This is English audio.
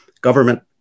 government